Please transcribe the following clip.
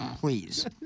please